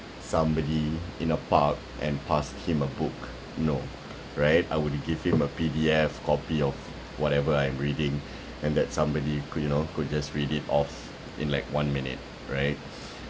somebody in a park and passed him a book no right I would give him a P_D_F copy of whatever I'm reading and that somebody could you know could just read it off in like one minute right